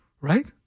Right